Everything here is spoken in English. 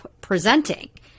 presenting